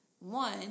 One